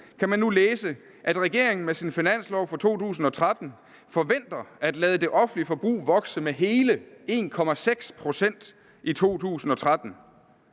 kan man nu læse, at regeringen med sin finanslov for 2013 forventer at lade det offentlige forbrug vokse med hele 1,6 pct.